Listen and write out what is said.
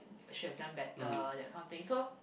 I should have done better that kind of thing so